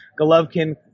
Golovkin